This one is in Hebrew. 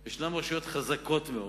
יש רשויות חזקות מאוד,